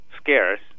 scarce